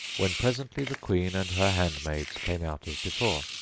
when presently the queen and her handmaids came out as before,